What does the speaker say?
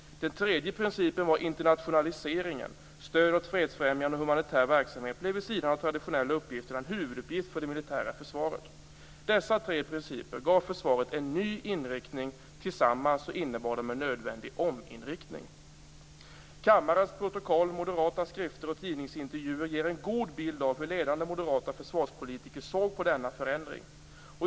Den tredje principen var internationaliseringen. Stöd åt fredsfrämjande och humanitär verksamhet blev vid sidan av de traditionella uppgifterna en huvuduppgift för det militära försvaret. Dessa tre principer gav försvaret en ny inriktning. Tillsammans innebar de en nödvändig ominriktning. Kammarens protokoll, moderata skrifter och tidningsintervjuer ger en god bild av hur de ledande moderata försvarspolitikerna såg på denna förändring.